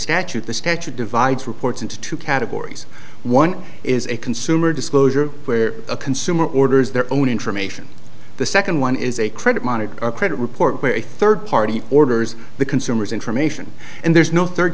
statute the statute divides from sorts into two categories one is a consumer disclosure where a consumer orders their own information the second one is a credit monitoring credit report where a third party orders the consumer's information and there's no third